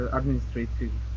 administrative